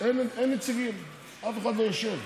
אין נציגים, אף אחד לא יושב.